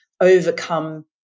overcome